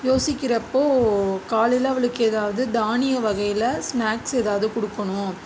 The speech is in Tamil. யோசிக்கிறப்போது காலையில் அவளுக்கு ஏதாவது தானிய வகையில் ஸ்னாக்ஸ் ஏதாவது கொடுக்கணும்